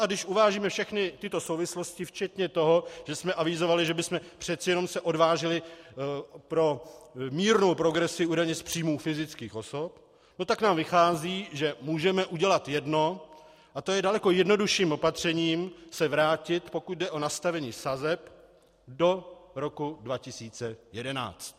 A když uvážíme všechny tyto souvislosti včetně toho, že jsme avizovali, že bychom se přece jen odvážili pro mírnou progresi u daně z příjmů fyzických osob, tak nám vychází, že můžeme udělat jedno, a to je daleko jednodušším opatřením se vrátit, pokud jde o nastavení sazeb, do roku 2011.